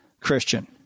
Christian